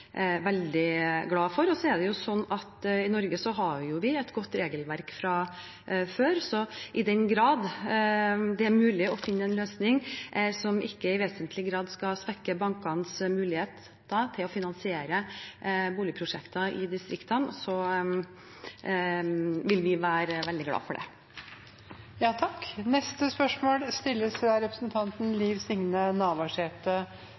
veldig glad for. I Norge har vi et godt regelverk fra før, så i den grad det er mulig å finne en løsning som ikke i vesentlig grad vil svekke bankenes mulighet til å finansiere boligprosjekter i distriktene, vil vi være veldig glade for det.